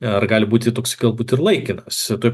ar gali būti toksai galbūt ir laikinas toj